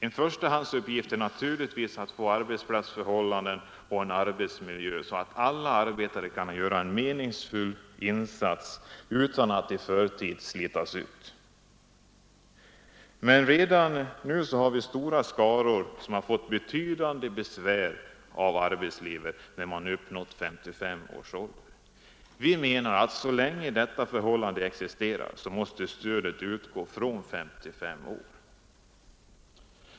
En förstahandsuppgift är naturligtvis att få arbetsplatsförhållanden och en arbetsmiljö så att alla arbetare kan göra en meningsfull insats utan att i förtid slitas ut. Men redan nu har vi stora skaror som fått betydande besvär av arbetslivet när de uppnåt 55 års ålder. Vi menar att så länge detta förhållande existerar måste stödet utgå från 55 år.